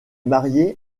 marié